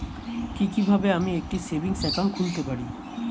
কি কিভাবে আমি একটি সেভিংস একাউন্ট খুলতে পারি?